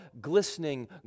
glistening